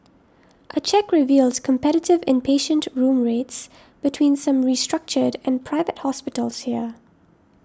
a check revealed competitive inpatient room rates between some restructured and Private Hospitals here